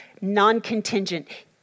non-contingent